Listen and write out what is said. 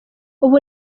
ubu